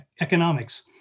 economics